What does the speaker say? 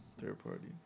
third-party